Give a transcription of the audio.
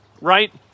right